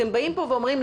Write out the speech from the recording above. אתם אומרים,